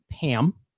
Pam